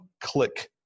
click